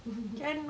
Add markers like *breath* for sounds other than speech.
*breath*